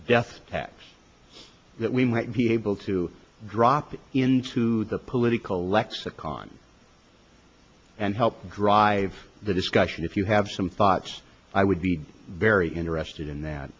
death tax that we might be able to drop into the political lexicon and help drive the discussion if you have some thoughts i would be very interested in that